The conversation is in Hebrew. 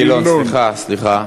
גילאון, סליחה.